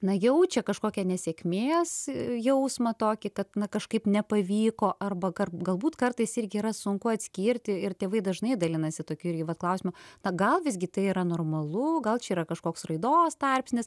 na jaučia kažkokią nesėkmės jausmą tokį tad kažkaip nepavyko arba kad galbūt kartais irgi yra sunku atskirti ir tėvai dažnai dalinasi tokiu irgi vat klausimu na gal visgi tai yra normalu gal čia yra kažkoks raidos tarpsnis